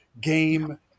game